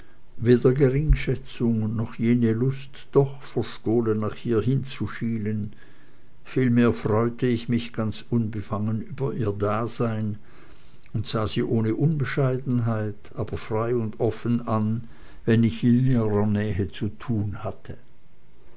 weder geringschätzung noch jene lust doch verstohlen nach ihr hinzuschielen vielmehr freute ich mich ganz unbefangen über ihr dasein und sah sie ohne unbescheidenheit aber frei und offen an wenn ich in ihrer nähe zu tun hatte